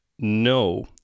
No